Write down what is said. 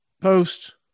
post